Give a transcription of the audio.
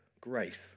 grace